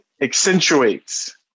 accentuates